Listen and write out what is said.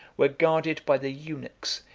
were guarded by the eunuchs,